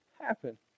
happen